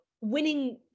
winning